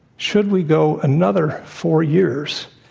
should we go another four years?